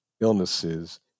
illnesses